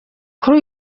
kuri